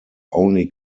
only